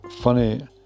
funny